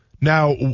Now